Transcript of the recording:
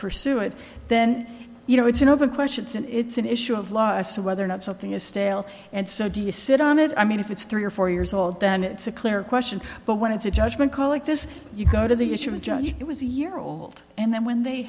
pursue it then you know it's an open question it's an issue of law as to whether or not something is stale and so do you sit on it i mean if it's three or four years old then it's a clear question but when it's a judgment call like this you go to the issues judge it was a year old and then when they